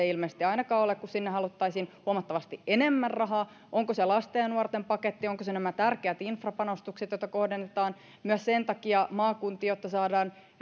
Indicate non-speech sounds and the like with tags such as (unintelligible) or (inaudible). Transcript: (unintelligible) ilmeisesti ainakaan ole kun sinne haluttaisiin huomattavasti enemmän rahaa onko se lasten ja nuorten paketti ovatko ne nämä tärkeät infrapanostukset joita kohdennetaan maakuntiin myös sen takia jotta saadaan